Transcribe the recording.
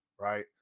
right